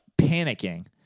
panicking